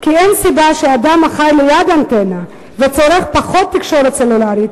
כי אין סיבה שאדם החי ליד אנטנה וצורך פחות תקשורת סלולרית